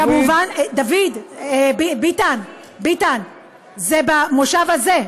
כמובן, דוד, ביטן, זה במושב הזה.